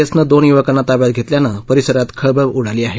S ने दोन य्वकांना ताब्यात घेतल्यानं परिसरात खळबळ उडाली आहे